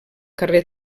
carrer